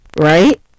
right